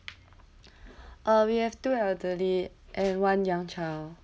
uh we have two elderly and one young child